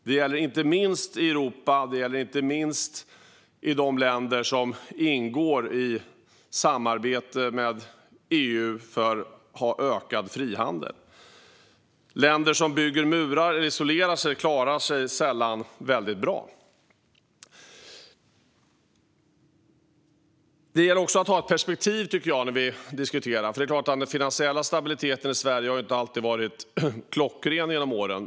Det gäller inte minst i Europa och i de länder som samarbetar med EU för ökad frihandel. Länder som bygger murar och isolerar sig klarar sig sällan särskilt bra. Jag tycker också att det gäller att ha ett perspektiv när vi diskuterar. Den finansiella stabiliteten i Sverige har inte varit klockren genom åren.